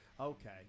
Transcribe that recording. okay